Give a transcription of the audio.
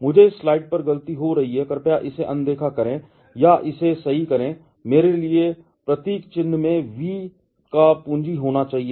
मुझे इस स्लाइड पर गलती हो रही है कृपया इसे अनदेखा करें या इसे सही करें मेरे लिए प्रतीक चिन्ह मे V का पूंजी होना चाहिए